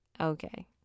okay